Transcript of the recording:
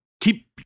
Keep